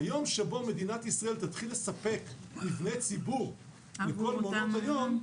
ביום שבו מדינת ישראל תתחיל לספר מבני ציבור לכל מעונות היום,